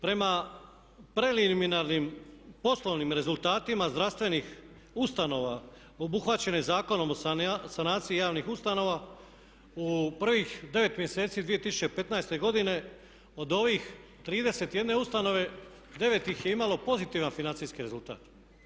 Prema preliminarnim poslovnim rezultatima zdravstvenih ustanova obuhvaćene Zakonom o sanaciji javnih ustanova u prvih 9 mjeseci 2015. godine od ovih 31 ustanove 9 ih je imalo pozitivan financijski rezultat.